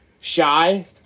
Shy